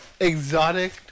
exotic